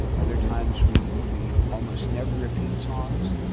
other times we we almost never repeat songs.